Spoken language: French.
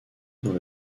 dans